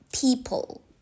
people